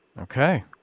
Okay